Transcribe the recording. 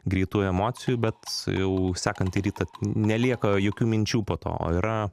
greitų emocijų bet jau sekantį rytą nelieka jokių minčių po to yra